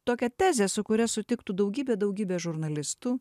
tokia tezė su kuria sutiktų daugybė daugybė žurnalistų